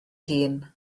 hun